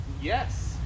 Yes